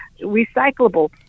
recyclable